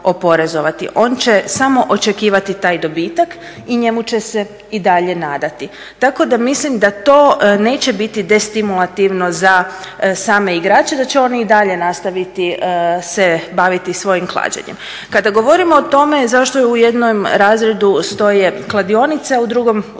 Oni će samo očekivati taj dobitak i njemu će se i dalje nadati. Tako da mislim da to neće biti destimulativno za same igrače da će oni i dalje nastaviti se baviti svojim klađenjem. Kada govorimo o tome zašto je u jednom razredu stoje kladionice a drugom lutrijske